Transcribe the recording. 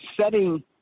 setting